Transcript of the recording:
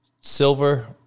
Silver